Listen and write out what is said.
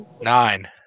Nine